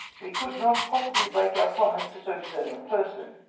we could not possibly break our promise to so deserving a person.